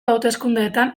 hauteskundeetan